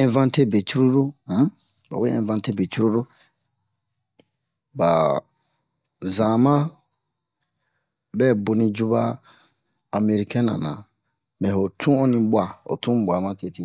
invante be cururu um bawe invante be cururu ba zama bɛ boni ju ba amerikɛn na nan mɛ ho tun onni bwa ho tun bwa ma tete